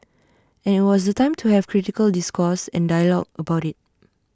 and IT was the time to have critical discourse and dialogue about IT